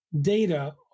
data